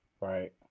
right